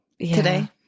today